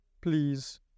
please